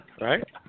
Right